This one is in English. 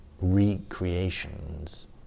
recreations